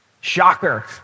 Shocker